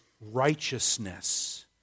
righteousness